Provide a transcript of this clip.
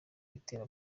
witera